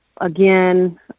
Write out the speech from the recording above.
Again